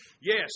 Yes